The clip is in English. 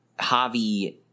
Javi